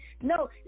No